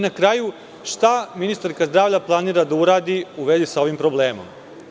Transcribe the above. Na kraju, šta ministarka zdravlja planira da uradi u vezi sa ovim problemom?